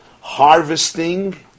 harvesting